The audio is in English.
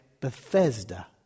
Bethesda